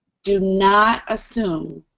do not assume,